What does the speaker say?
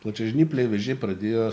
plačiažnypliai vėžiai pradėjo